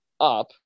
up